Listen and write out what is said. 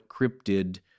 cryptid